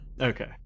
Okay